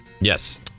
Yes